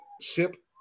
sip